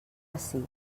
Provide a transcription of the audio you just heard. ací